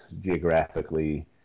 geographically